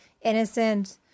innocent